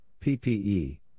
PPE